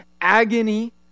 agony